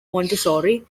montessori